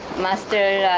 master